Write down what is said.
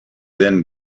then